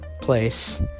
place